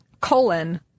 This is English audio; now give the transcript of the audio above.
colon